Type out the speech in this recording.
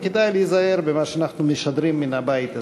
וכדאי להיזהר במה שאנחנו משדרים מן הבית הזה.